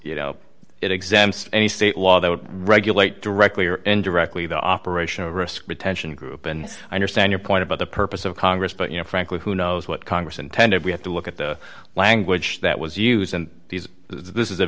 you know it exempts any state law that would regulate directly or indirectly the operational risk protection group and i understand your point about the purpose of congress but you know frankly who knows what congress intended we have to look at the language that was